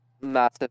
massive